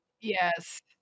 Yes